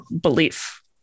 belief